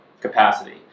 capacity